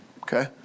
Okay